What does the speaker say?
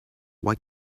why